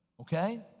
Okay